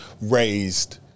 raised